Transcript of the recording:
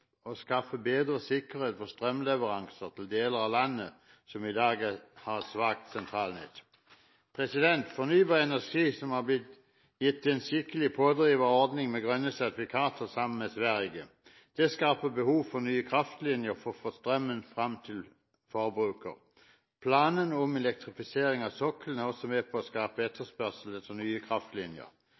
å skaffe bedre sikkerhet for strømleveranser til deler av landet som i dag har et svakt sentralnett. Fornybar energi har blitt gitt en skikkelig pådriver av ordningen med grønne sertifikater sammen med Sverige. Det skaper behov for nye kraftlinjer for å få strømmen fram til forbruker. Planene om elektrifisering av sokkelen er også med på å skape etterspørsel etter nye kraftlinjer.